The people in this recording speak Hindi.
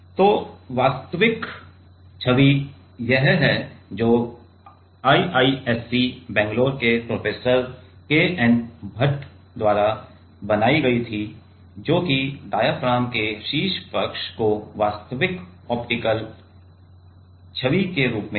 तो यह वास्तविक छवि है जो IISc बैंगलोर के प्रोफेसर के एन भट द्वारा बनाई गई थी जो कि डायाफ्राम के शीर्ष पक्ष की वास्तविक ऑप्टिकल छवि है